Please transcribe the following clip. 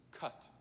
cut